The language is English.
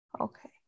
Okay